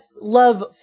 love